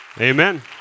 Amen